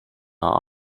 are